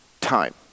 Time